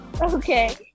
Okay